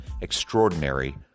extraordinary